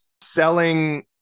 selling